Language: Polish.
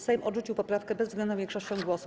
Sejm odrzucił poprawkę bezwzględną większością głosów.